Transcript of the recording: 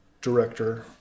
director